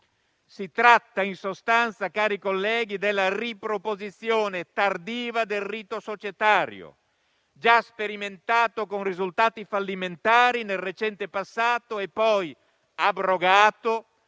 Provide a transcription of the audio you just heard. In sostanza, cari colleghi, si tratta della riproposizione tardiva del rito societario, già sperimentato con risultati fallimentari nel recente passato e poi abrogato,